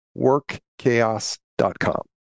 workchaos.com